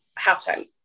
halftime